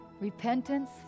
repentance